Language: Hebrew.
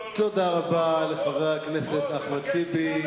תודה רבה לחבר הכנסת אחמד טיבי.